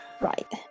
Right